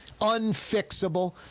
unfixable